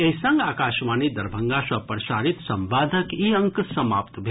एहि संग आकाशवाणी दरभंगा सँ प्रसारित संवादक ई अंक समाप्त भेल